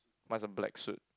mine is a black suit